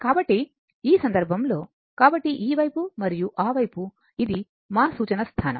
కాబట్టి ఈ సందర్భంలో కాబట్టి ఈ వైపు మరియు ఆ వైపు ఇది మా సూచన స్థానం